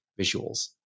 visuals